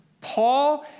Paul